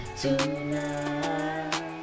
Tonight